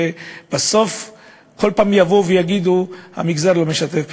ובסוף כל פעם יבואו ויגידו שהמגזר לא משתף פעולה.